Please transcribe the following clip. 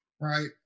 right